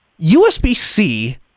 USB-C